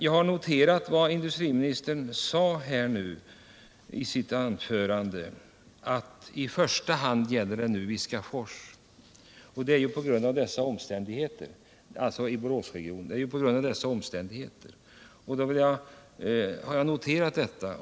Jag har noterat vad industriministern sade i sitt anförande, nämligen att det nu i första hand gäller Viskafors — på grund av vissa omständigheter i Boråsregionen.